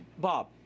Bob